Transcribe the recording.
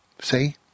See